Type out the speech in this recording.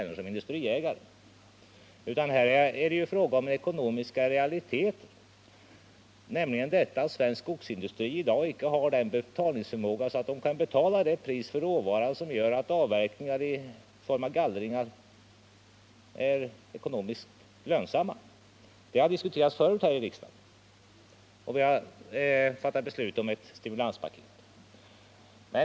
Det är här fråga om en ekonomisk realitet, nämligen att svensk skogsindustri inte har en sådan betalningsförmåga att den kan betala det pris för råvaran som gör att avverkningar i form av gallringar är ekonomiskt lönsamma. Det har diskuterats tidigare här i riksdagen, och vi har fattat beslut om ett stimulanspaket.